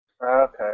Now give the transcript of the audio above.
Okay